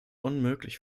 unmöglich